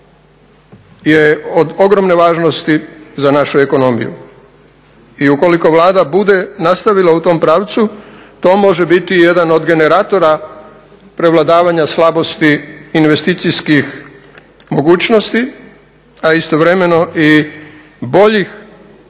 je od ogromne važnosti za našu ekonomiju. I ukoliko Vlada bude nastavila u tom pravcu to može biti jedan od generatora prevladavanja slabosti investicijskih mogućnosti a istovremeno i boljih